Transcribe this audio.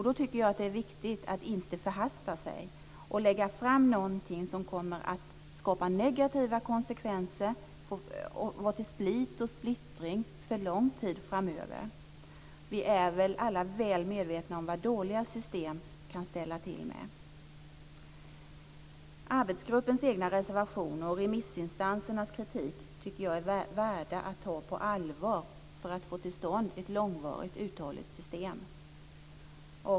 Då tycker jag att det är viktigt att inte förhasta sig och lägga fram någonting som kommer att skapa negativa konsekvenser och som sår split och splittring för lång tid framöver. Vi är alla väl medvetna om vad dåliga system kan ställa till med. Arbetsgruppens egna reservationer och remissinstansernas kritik är värda att ta på allvar för att man ska få till stånd ett långsiktigt uthålligt system.